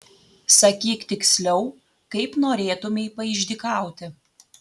sakyk tiksliau kaip norėtumei paišdykauti